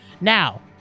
Now